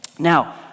now